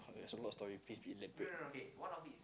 that's a lot of story please be elaborate